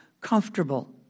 comfortable